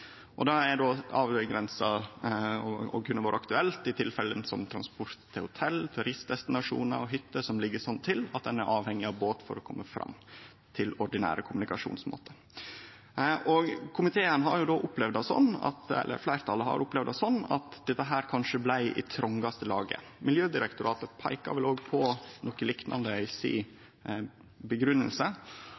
transport til hotell, turistdestinasjonar og hytter som ligg slik til at ein er avhengig av båt for å kome fram til ordinære kommunikasjonsmiddel. Fleirtalet i komiteen har opplevd det slik at dette kanskje blei i trongaste laget. Miljødirektoratet peikar vel òg på noko liknande i si